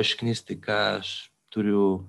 išknisti ką aš turiu